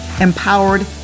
empowered